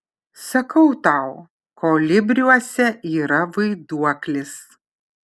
sakau tau kolibriuose yra vaiduoklis